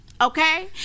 okay